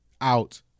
out